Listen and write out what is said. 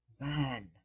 Man